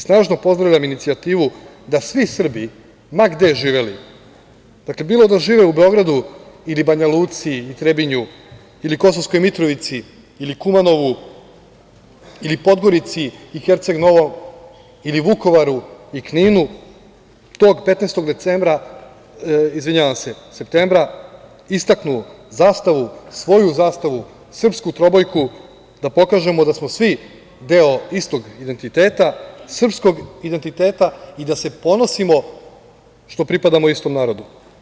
Snažno pozdravljam inicijativu da svi Srbi, ma gde živeli, dakle, bilo da žive u Beogradu ili Banja Luci, Trebinju, Kosovskoj Mitrovici ili Kumanovu, Podgorici, Herceg Novom, ili Vukovaru i Kninu, tog 15. septembra istaknu zastavu, svoju zastavu, srpsku trobojku da pokažemo da smo svi istog identiteta, srpskog identiteta i da se ponosimo što pripadamo istom narodu.